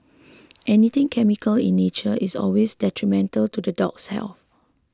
anything chemical in nature is always detrimental to the dog's health